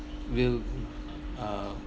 will uh